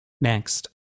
Next